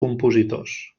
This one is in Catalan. compositors